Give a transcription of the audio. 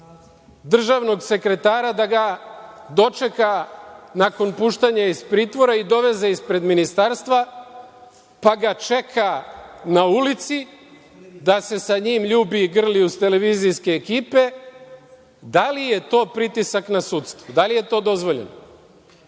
državnog sekretara da ga dočeka nakon puštanja iz pritvora i doveze ispred ministarstva, pa ga čeka na ulici da se sa njim ljubi i grli uz televizijske ekipe, da li je to pritisak na sudstvo, da li je to dozvoljeno?